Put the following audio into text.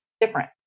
different